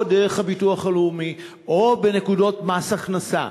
או דרך הביטוח הלאומי או בנקודות מס הכנסה.